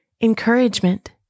Encouragement